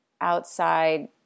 outside